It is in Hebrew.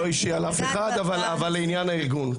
לא אישי על אף אחד אבל לעניין הארגון,